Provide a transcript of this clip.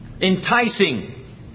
enticing